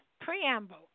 Preamble